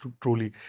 truly